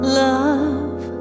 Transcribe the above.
love